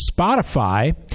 Spotify